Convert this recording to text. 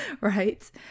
Right